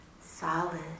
solid